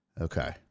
Okay